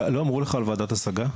לא אמרו לך על ועדת השגה?